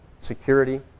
security